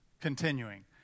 Continuing